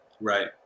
Right